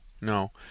no